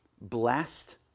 blessed